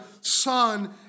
Son